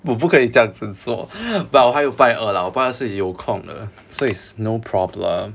我不可以这样子做 but 我还有拜二 lah 我拜二是有空的 so it's no problem